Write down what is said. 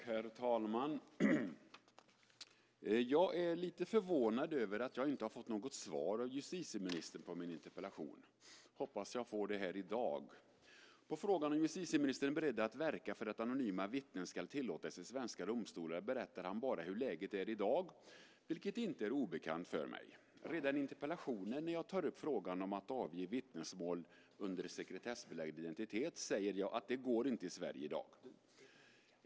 Herr talman! Jag är lite förvånad över att jag inte har fått något svar av justitieministern på min interpellation. Jag hoppas att jag får det här i dag. På frågan om justitieministern är beredd att verka för att anonyma vittnen ska tillåtas i svenska domstolar berättar han bara hur läget är i dag, vilket inte är obekant för mig. Redan när jag i interpellationen tar upp frågan om att avge vittnesmål under sekretessbelagd identitet säger jag att detta inte går i Sverige i dag.